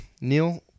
neil